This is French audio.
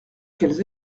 qu’elles